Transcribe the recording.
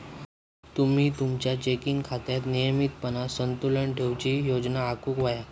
तुम्ही तुमचा चेकिंग खात्यात नियमितपणान संतुलन ठेवूची योजना आखुक व्हया